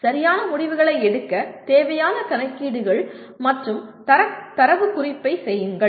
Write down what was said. சரியான முடிவுகளை எடுக்க தேவையான கணக்கீடுகள் மற்றும் தரவுக் குறைப்பைச் செய்யுங்கள்